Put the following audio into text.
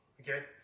Okay